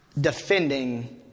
defending